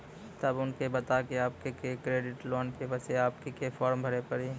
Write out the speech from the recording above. तब उनके बता के आपके के एक क्रेडिट लोन ले बसे आपके के फॉर्म भरी पड़ी?